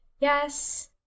yes